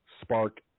spark